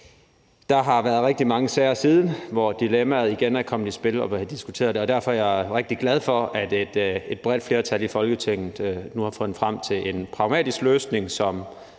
Der har været rigtig mange sager siden, hvor dilemmaet igen er kommet i spil og har været diskuteret, og det er derfor, jeg er rigtig glad for, at et bredt flertal i Folketinget nu har fundet frem til en pragmatisk løsning,